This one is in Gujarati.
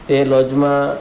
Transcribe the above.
તે લોજમાં